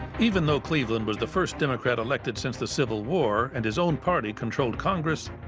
even though cleveland was the first democrat elected since the civil war and his own party controlled congress,